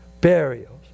burials